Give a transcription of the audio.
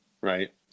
right